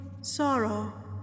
sorrow